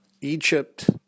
Egypt